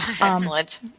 Excellent